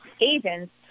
agents